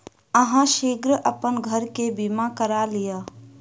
अहाँ शीघ्र अपन घर के बीमा करा लिअ